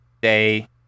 Day